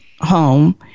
home